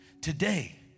today